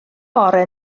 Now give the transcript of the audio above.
bore